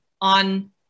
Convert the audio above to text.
on